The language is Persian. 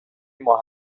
ماه